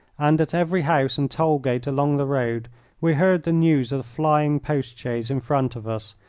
and at every house and toll-gate along the road we heard the news of the flying post-chaise in front of us,